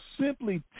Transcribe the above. simply